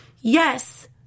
Yes